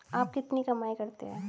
आप कितनी कमाई करते हैं?